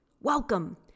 Welcome